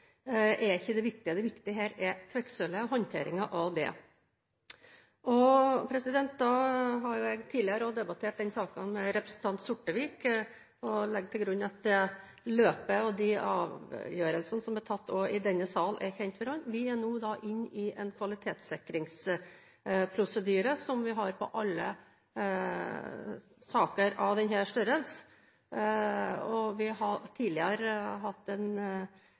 er ikke det viktige, det viktige her er kvikksølvet og håndteringen av det. Jeg har også tidligere debattert denne saken med representanten Sortevik. Jeg legger til grunn at løpet her og de avgjørelsene som ble tatt i denne sal, er kjent for ham. Vi er nå inne i en kvalitetssikringsprosedyre, som vi har i alle saker av denne størrelse. Vi har tidligere hatt en